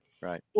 Right